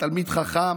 תלמיד חכם